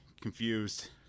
confused